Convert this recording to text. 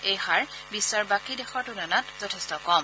এই হাৰ বিশ্বৰ বাকী দেশৰ তুলনাত যথেষ্ট কম